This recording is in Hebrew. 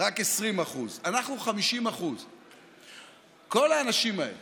רק 20%, אנחנו, 50%. כל האנשים האלה